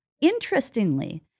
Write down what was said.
Interestingly